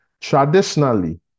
Traditionally